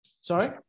sorry